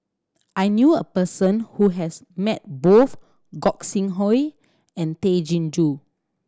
I knew a person who has met both Gog Sing Hooi and Tay Chin Joo